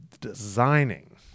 designing